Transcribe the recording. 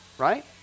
right